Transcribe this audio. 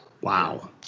Wow